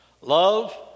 love